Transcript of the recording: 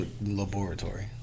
Laboratory